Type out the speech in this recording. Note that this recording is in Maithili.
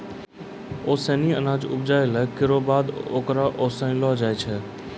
ओसौनी अनाज उपजाइला केरो बाद ओकरा ओसैलो जाय छै